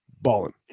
balling